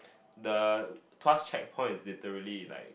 the Tuas checkpoint is literally like